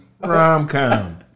rom-com